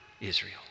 Israel